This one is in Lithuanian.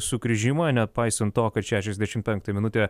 sugrįžimą nepaisant to kad šešiasdešimt penktąją minutę